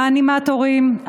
האנימטורים,